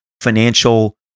financial